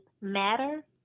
matter